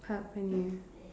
Palak-Paneer